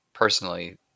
personally